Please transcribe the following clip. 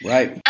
Right